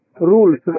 Rules